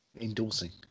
Endorsing